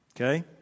Okay